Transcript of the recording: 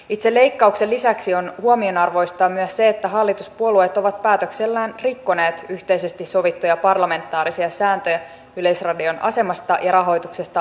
itse leikkauksen lisäksi on huomionarvoista että hallituspuolueet ovat päätöksellään rikkoneet yhteisesti sovittuja parlamentaarisia sääntöjä yleisradion asemasta ja rahoituksesta päättämisestä